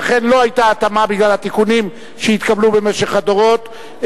ואכן לא היתה התאמה בגלל התיקונים שהתקבלו במשך הדורות.